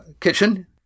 kitchen